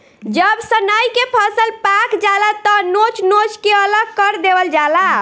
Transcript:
जब सनइ के फसल पाक जाला त नोच नोच के अलग कर देवल जाला